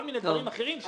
כל מיני דברים אחרים.